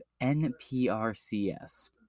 NPRCS